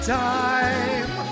time